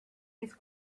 his